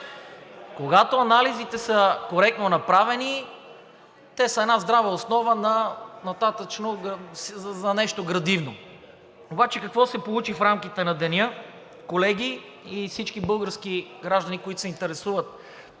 Когато анализите са коректно направени, те са една здрава основа за нещо градивно. Обаче какво се получи в рамките на деня, колеги, и всички български граждани, които се интересуват